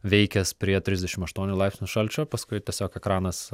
veikęs prie trisdešimt aštuonių laipsnių šalčio paskui tiesiog ekranas